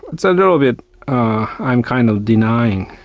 it's a little bit i'm kind of denying.